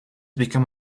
become